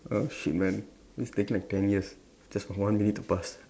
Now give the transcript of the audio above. oh shit man this taking like ten years just one minute to pass